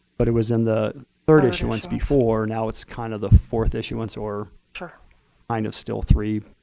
but it was in the third issuance before, now it's kind of the fourth issuance or kind of still three,